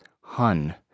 Hun